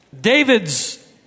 David's